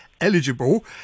eligible